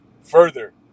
further